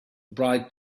bright